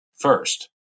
first